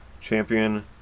champion